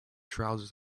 trousers